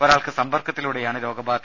ഒരാൾക്ക് സമ്പർക്കത്തിലൂടെയാണ് രോഗബാധ